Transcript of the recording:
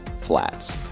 flats